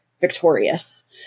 victorious